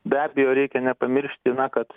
be abejo reikia nepamiršti kad